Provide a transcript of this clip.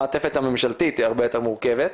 המעטפת הממשלתית היא הרבה יותר מורכבת.